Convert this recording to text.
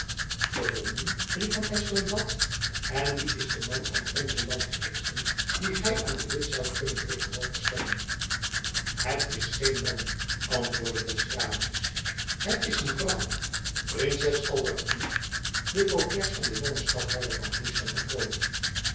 is gevonden riep van espenblad en wie is de man uit onze landgewesten dien gy aan de witt zoudt kunnen tegenover stellen het is geen man antwoordde d'estrades het is een vrouw princes albertina de voogdes van den jongen stadhouder van